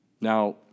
Now